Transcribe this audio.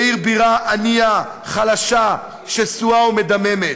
לעיר בירה ענייה, חלשה, שסועה ומדממת.